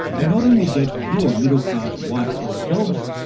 you not only get fewer middle class, white collar jobs,